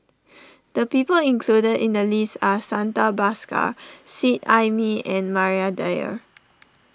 the people included in the list are Santha Bhaskar Seet Ai Mee and Maria Dyer